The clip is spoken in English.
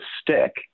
stick